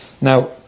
Now